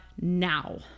now